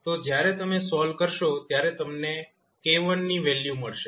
તો જ્યારે તમે સોલ્વ કરશો ત્યારે તમને 𝑘1 ની વેલ્યુ મળશે